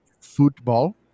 football